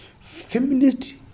feminist